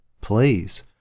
please